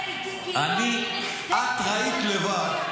איתי כאילו אני ----- את ראית לבד,